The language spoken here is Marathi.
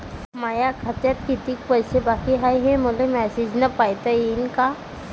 माया खात्यात कितीक पैसे बाकी हाय, हे मले मॅसेजन पायता येईन का?